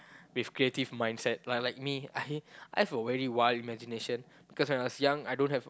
with creative mindset like like me I I've a very wild imagination because when I was young I don't have